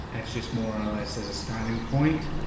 it's just more or less as a styling point